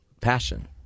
passion